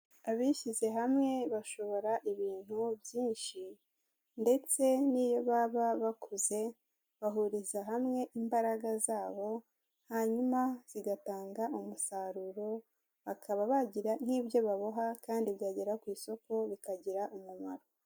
Abishyize hamwe bashobora ibintu byinshi, ndetse n'iyo baba bakuze bahuriza hamwe imbaraga zabo, hanyuma bigatanga umusaruro, bakaba bagira nk'ibyo baboha kandi byagera ku isoko bikagira umumaro.